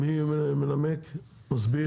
מי מסביר?